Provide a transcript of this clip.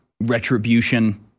retribution